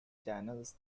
channels